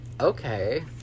Okay